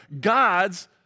God's